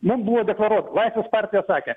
mums buvo deklaruota laisvės partija sakė